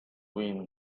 wind